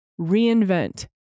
Reinvent